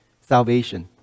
salvation